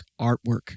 Artwork